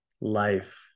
life